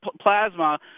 plasma